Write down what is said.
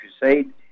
Crusade